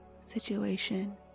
situation